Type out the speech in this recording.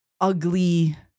ugly